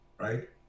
Right